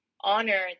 honor